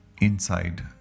inside